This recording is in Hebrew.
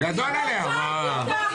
יש לה שתי דקות